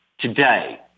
Today